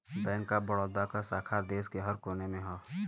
bank of Baroda क शाखा देश के हर कोने में हौ